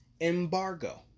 embargo